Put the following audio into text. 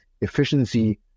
efficiency